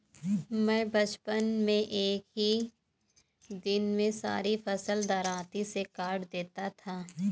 मैं बचपन में एक ही दिन में सारी फसल दरांती से काट देता था